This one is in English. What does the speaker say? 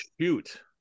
Shoot